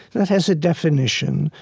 that has a definition,